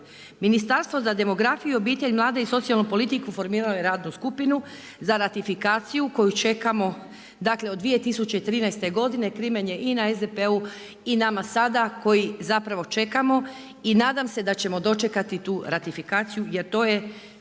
Ministarstvo za demografiju, obitelj, mlade i socijalnu politiku formiralo je radnu skupinu za ratifikaciju koju čekamo dakle od 2013. godine, crimen je i na SDP-u i na nama sada, koji zapravo sada čekamo i nadam se da ćemo dočekati tu ratifikaciju jer to je